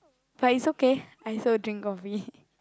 but it's okay I also drink coffee